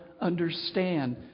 understand